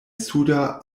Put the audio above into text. suda